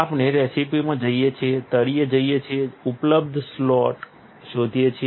આપણે રેસીપીમાં જઈએ છીએ તળિયે જઈએ છીએ ઉપલબ્ધ સ્લોટ શોધીએ છીએ